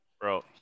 Bro